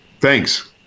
Thanks